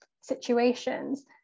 situations